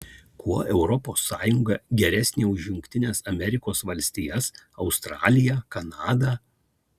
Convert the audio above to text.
kuo europos sąjunga geresnė už jungtines amerikos valstijas australiją kanadą